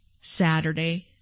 Saturday